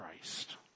Christ